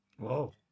Whoa